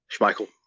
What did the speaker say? Schmeichel